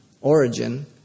origin